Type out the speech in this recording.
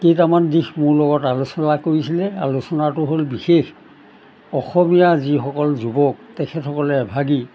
কেইটামান দিশ মোৰ লগত আলোচনা কৰিছিলে আলোচনাটো হ'ল বিশেষ অসমীয়া যিসকল যুৱক তেখেতসকলে এভাগি